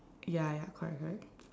ya ya correct correct